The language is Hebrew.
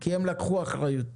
כי הם לקחו אחריות.